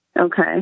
Okay